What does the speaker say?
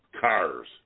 cars